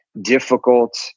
difficult